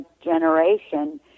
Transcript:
generation